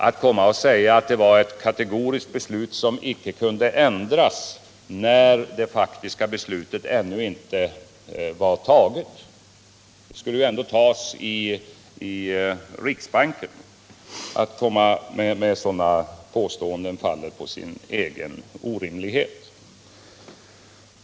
Att komma och säga att det var ett kategoriskt beslut som icke kunde ändras, när det faktiska beslutet ännu inte var taget — det skulle ju ändå tas i riksbanken — ett sådant påstående faller på sin egen orimlighet.